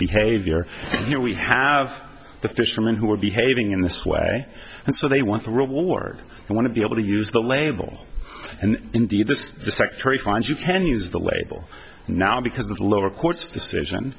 behavior here we have the fishermen who are behaving in this way and so they want to reward and want to be able to use the label and indeed the secretary finds you can use the label now because of the lower court's decision